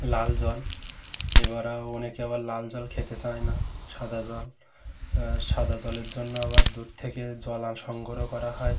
লাল জল এবারও অনেকে আবার লাল জল খেতে চায় না সাদা জল এবার সাদা জলের জন্য আবার দূর থেকে জল সংগ্রহ করা হয়